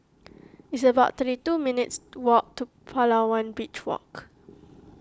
it's about thirty two minutes' walk to Palawan Beach Walk